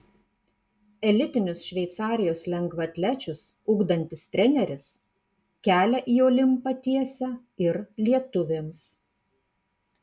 elitinius šveicarijos lengvaatlečius ugdantis treneris kelią į olimpą tiesia ir lietuvėms